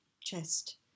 chest